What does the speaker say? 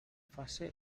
fase